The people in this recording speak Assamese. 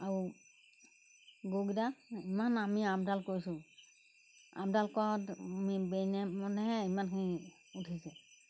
আৰু গওকেইটা ইমান আমি আপডাল কৰিছোঁ আপডাল কৰাত ব্ৰেইনে মানেহে ইমানখিনি উঠিছে